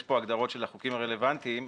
יש פה הגדרות של החוקים הרלוונטיים.